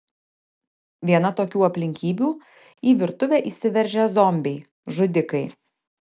viena tokių aplinkybių į virtuvę įsiveržę zombiai žudikai